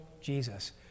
jesus